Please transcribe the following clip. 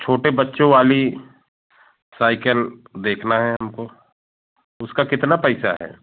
छोटे बच्चों वाली साइकल देखना है हमको उसका कितना पइसा है